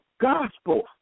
gospel